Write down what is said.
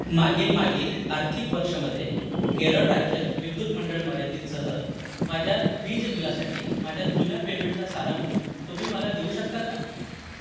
मागील मागील आर्थिक वर्षमध्ये केरळ राज्य विद्युत मंडळ मर्यादित सह माझ्या वीज बिलासाठी माझ्या जुन्या पेमेंटचा सारांश तुम्ही मला देऊ शकता का